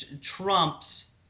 trumps